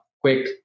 quick